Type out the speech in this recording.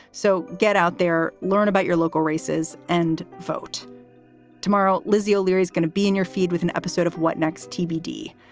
so get out there, learn about your local races and vote tomorrow. lizzie o'leary is going to be in your feed with an episode of what next tbd.